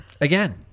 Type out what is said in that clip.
again